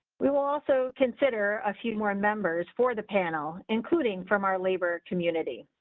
we will also consider a few more members for the panel, including from our labor community.